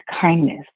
kindness